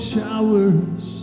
Showers